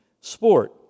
sport